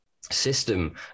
system